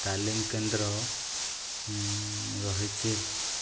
ତାଲିମ କେନ୍ଦ୍ର ରହିଛି